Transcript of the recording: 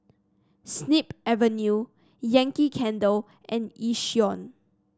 Snip Avenue Yankee Candle and Yishion